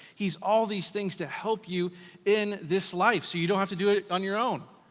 he's all these things to help you in this life so you don't have to do it it on your own.